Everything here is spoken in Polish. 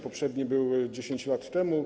Poprzedni był 10 lat temu.